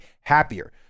happier